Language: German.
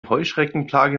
heuschreckenplage